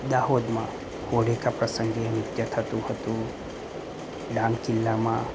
દાહોદમાં હોલિકા પ્રસંગે નૃત્ય થતું હતું ડાંગ જીલ્લામાં